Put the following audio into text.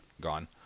gone